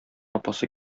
апасы